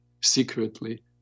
secretly